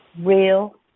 real